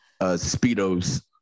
Speedos